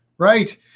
Right